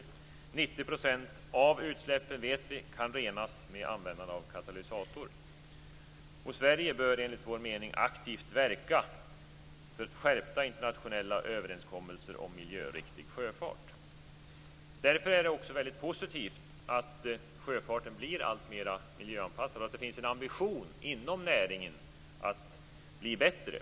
Vi vet att 90 % av utsläppen kan renas med användande av katalysator. Sverige bör enligt vår mening aktivt verka för skärpta internationella överenskommelser om miljöriktig sjöfart. Det är därför väldigt positivt att sjöfarten blir alltmer miljöanpassad och att det inom näringen finns en ambition att bli bättre.